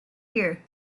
here